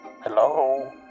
Hello